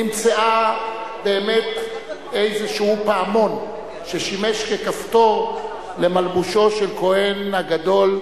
נמצא באמת איזה פעמון ששימש ככפתור למלבושו של הכוהן הגדול,